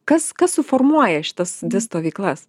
kas kas suformuoja šitas dvi stovyklas